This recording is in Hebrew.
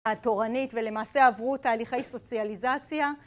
התורנית ולמעשה עברו תהליכי סוציאליזציה.